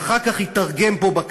שאחר כך היתרגם פה,